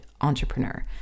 entrepreneur